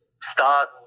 start